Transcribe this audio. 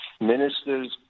ministers